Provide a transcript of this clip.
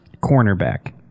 Cornerback